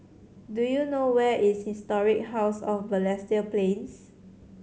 do you know where is Historic House of Balestier Plains